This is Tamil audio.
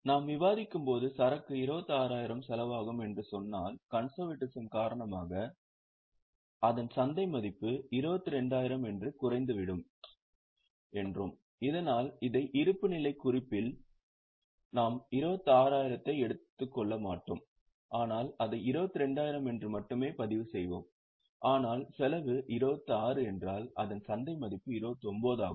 நாம் விவாதிக்கும்போது சரக்கு 26000 செலவாகும் என்று சொன்னால் கன்செர்வேடிசம் காரணமாக அதன் சந்தை மதிப்பு 22000 என்று குறைந்துவிடும் என்றோம் இதனால் இதை இருப்புநிலைக் குறிப்பில் நாம் 26000 ஐ எடுத்துக்கொள்ள மாட்டோம் ஆனால் அதை 22000 என்று மட்டுமே பதிவு செய்வோம் ஆனால் செலவு 26 என்றால் அதன் சந்தை மதிப்பு 29 ஆகும்